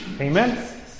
Amen